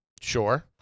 sure